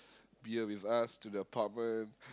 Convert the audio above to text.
beer with us to the apartment